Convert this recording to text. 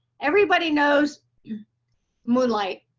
everybody knows moonlight.